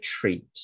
treat